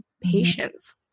patience